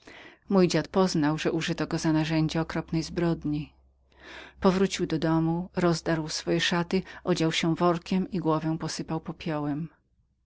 mój dziad poznał że użyto go za narzędzie okropnej zbrodni powrócił do domu rozdarł swoje szaty odział się workiem i głowę posypał popiołem